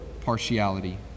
partiality